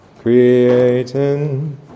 Creating